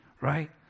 right